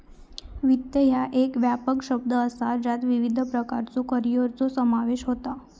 वित्त ह्या एक व्यापक शब्द असा ज्यात विविध प्रकारच्यो करिअरचो समावेश होता